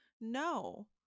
no